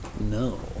No